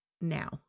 Now